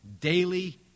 daily